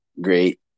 great